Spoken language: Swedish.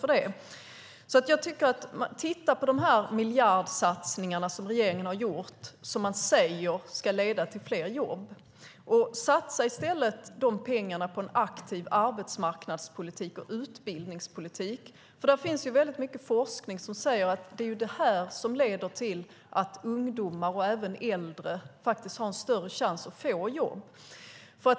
Jag tycker att man ska titta på de miljardsatsningar som regeringen gjort och som man säger ska leda till fler jobb och i stället satsa pengarna på en aktiv arbetsmarknadspolitik och utbildningspolitik. Det finns mycket forskning som säger att det leder till att ungdomar, och även äldre, har större chans att få jobb.